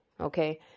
okay